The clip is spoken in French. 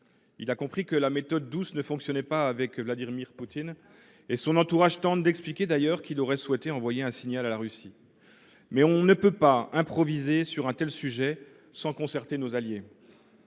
Il a compris que la méthode douce ne fonctionnait pas avec Vladimir Poutine. Son entourage tente d’expliquer, d’ailleurs, qu’il aurait souhaité envoyer un signal à la Russie. Mais on ne peut pas improviser sur un tel sujet sans se concerter avec nos alliés